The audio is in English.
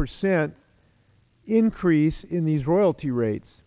percent increase in these royalty rates